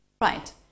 Right